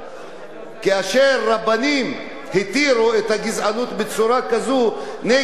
כאשר רבנים התירו את הגזענות בצורה כזו נגד הסטודנטים.